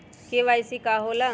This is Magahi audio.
के.वाई.सी का होला?